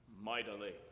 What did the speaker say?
mightily